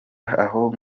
aho